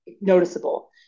noticeable